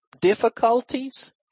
difficulties